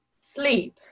sleep